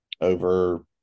over